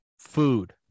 Food